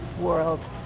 world